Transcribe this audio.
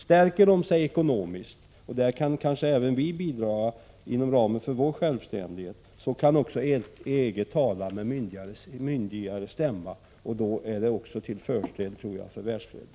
Stärker sig EG ekonomiskt — och därtill kan kanske även vi bidra inom ramen för vår självständighet — kan EG tala med myndigare stämma. Det skulle vara till fördel, tror jag, också för världsfreden.